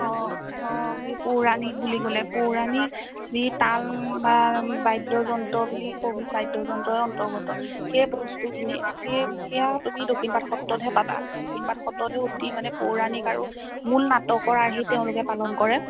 অঁ অঁ সেই পৌৰাণিক বুলি ক'লে পৌৰাণিক যি তাল বা বাদ্য যন্ত্ৰ বুলি ক'ম বাদ্য যন্ত্ৰৰে অন্তৰ্ভূক্ত সেই বস্তুখিনি সেই সেয়া তুমি দক্ষিণপাট সত্ৰতহে পাবা দক্ষিণপাট সত্ৰতহে মানে অতি পৌৰাণিক আৰু মূল নাটকৰ আৰ্হিত তেওঁলোকে পালন কৰে